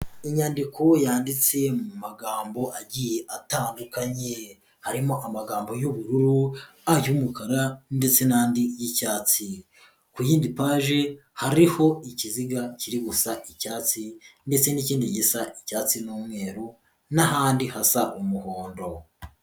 Inyandiko yanditse mu magambo agiye atandukanye, harimo amagambo y'ubururu, ay'umukara ndetse n'andi y'icyatsi, ku yindi paji hariho ikiziga kiri gusa icyatsi ndetse n'ikindi gisa icyatsi n'umweru n'ahandi hasa umuhondo.